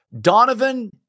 Donovan